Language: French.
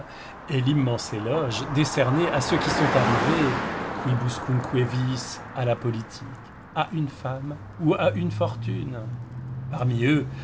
est l'immense éloge décerné à ceux qui sont arrivés quibuscumque viis à la politique à une femme ou à une fortune parmi eux